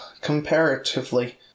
Comparatively